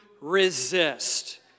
resist